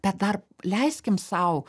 bet dar leiskim sau